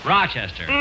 Rochester